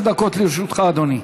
עשר דקות לרשותך, אדוני.